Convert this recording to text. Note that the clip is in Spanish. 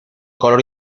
color